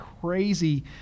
crazy